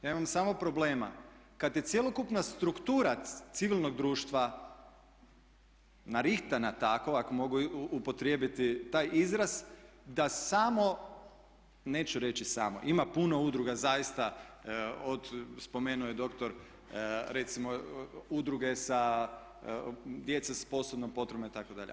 Ja imam samo problema kad je cjelokupna struktura civilnog društva narihtana tako ako mogu upotrijebiti taj izraz da samo, neću reći samo, ima puno udruga zaista, spomenuo je dr. recimo udruge djece s posebnim potrebama itd.